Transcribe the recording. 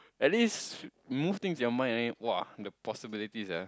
at least move things with your mind !wah! the possibilities ah